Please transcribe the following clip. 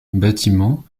bâtiments